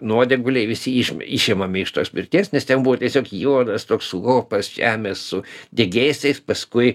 nuodėguliai visi išm išimami š tos pirties nes ten buvo tiesiog juodas toks lopas žemė su degėsiais paskui